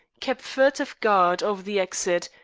kept furtive guard over the exit,